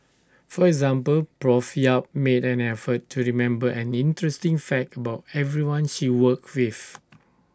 for example Prof yap made an effort to remember an interesting fact about everyone she worked with